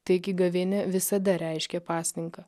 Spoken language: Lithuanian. taigi gavėnia visada reiškė pasninką